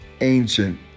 ancient